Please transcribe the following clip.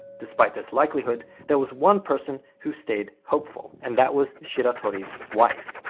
despite this likelihood, there was one person who stayed hopeful, and that was shiratori's wife.